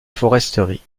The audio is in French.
foresterie